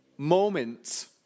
Moments